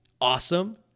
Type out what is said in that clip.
awesome